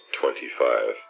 twenty-five